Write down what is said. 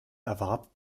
erwarb